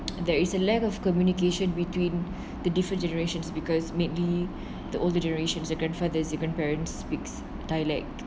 there is a lack of communication between the different generations because mainly the older generations their grandfathers their grandparents speaks dialect